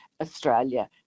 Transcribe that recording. Australia